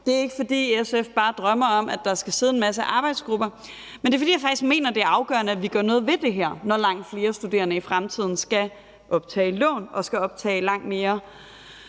Det er ikke, fordi SF bare drømmer om, at der skal sidde en masse arbejdsgrupper, men det er, fordi jeg faktisk mener, at det er afgørende, at vi gør noget ved det her, når langt flere studerende i fremtiden skal optage lån og skal optage langt mere